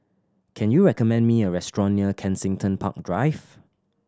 can you recommend me a restaurant near Kensington Park Drive